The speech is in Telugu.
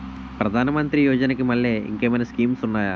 ప్రధాన మంత్రి యోజన కి మల్లె ఇంకేమైనా స్కీమ్స్ ఉన్నాయా?